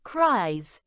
Cries